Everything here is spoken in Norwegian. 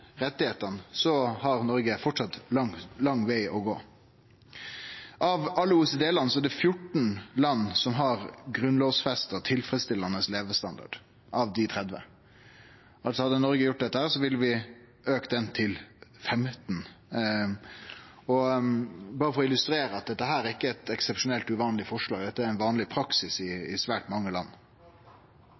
har Noreg framleis ein lang veg å gå. Av alle OECD-land er det 14 land av 30 som har grunnlovfesta tilfredsstillande levestandard. Hadde Noreg gjort dette, ville det ha auka til 15 – berre for å illustrere at dette ikkje er eit eksepsjonelt, uvanleg forslag, dette er vanleg praksis i svært mange land.